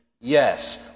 Yes